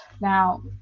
Now